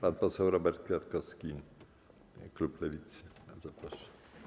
Pan poseł Robert Kwiatkowski, klub Lewicy, bardzo proszę.